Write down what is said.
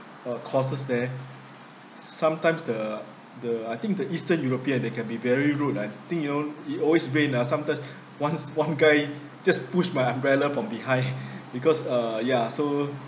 uh courses there sometimes the the I think the eastern european they can be very rude I think you know it always rains ah sometimes once one guy just pushed my umbrella from behind because uh ya so